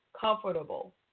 comfortable